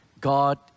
God